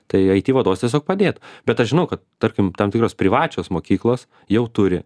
tai aiti vadovas tiesiog padėtų bet aš žinau kad tarkim tam tikros privačios mokyklos jau turi